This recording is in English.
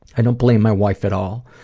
i don't blame my wife at all.